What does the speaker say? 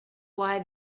why